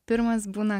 pirmas būna